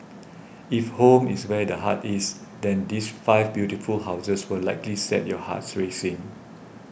if home is where the heart is then these five beautiful houses will likely set your hearts racing